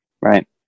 Right